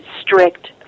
strict